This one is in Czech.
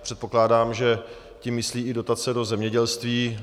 Předpokládám, že tím myslí i dotace do zemědělství.